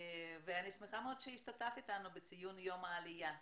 אני שמחה מאוד שהשתתפת אתנו בציון יום העלייה.